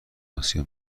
آسیا